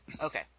okay